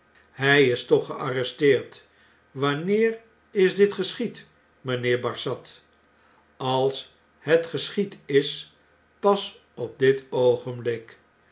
hlj is toch gearresteerd wanneer is dit geschied mgnheer barsad als het geschied is pas op dit oogenblik